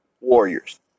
Warriors